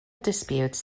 disputes